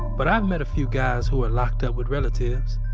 but i've met a few guys who are locked up with relatives,